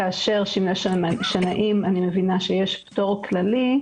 שעליהם אני מבינה שיש פטור כללי,